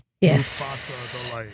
Yes